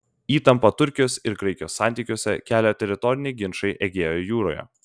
įtampą turkijos ir graikijos santykiuose kelia teritoriniai ginčai egėjo jūroje